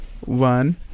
one